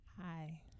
hi